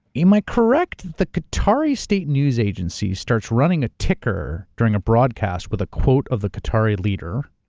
am i correct the qatari state news agency starts running a ticker during a broadcast with a quote of the qatari leader.